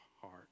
heart